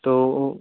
तो